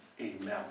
Amen